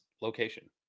location